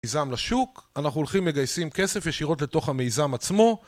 מיזם לשוק, אנחנו הולכים מגייסים כסף ישירות לתוך המיזם עצמו